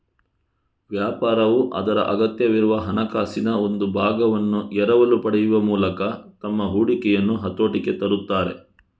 ವ್ಯಾಪಾರವು ಅದರ ಅಗತ್ಯವಿರುವ ಹಣಕಾಸಿನ ಒಂದು ಭಾಗವನ್ನು ಎರವಲು ಪಡೆಯುವ ಮೂಲಕ ತಮ್ಮ ಹೂಡಿಕೆಯನ್ನು ಹತೋಟಿಗೆ ತರುತ್ತಾರೆ